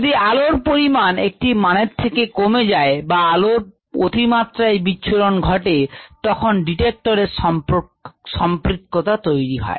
যদি আলোর পরিমাণ একটি মানের থেকে কমে যায় বা আলোর অতিমাত্রায় বিচ্ছুরণ ঘটে তখন ডিটেক্টরের সম্পৃক্ততা তৈরি হয়